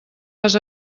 vas